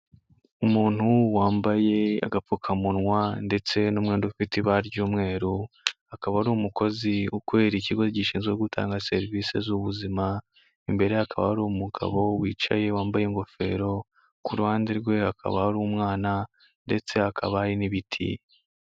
Umuntu wambaye agapfukamunwa ndetse n'umwenda ufite ibara ry'umweru, akaba ari umukozi ukorera ikigo gishinzwe gutanga serivisi z'ubuzima, imbere hakaba hari umugabo wicaye wambaye ingofero, ku ruhande rwe hakaba hari umwana ndetse hakaba hari n'ibiti.